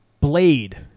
Blade